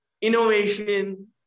innovation